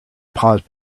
pause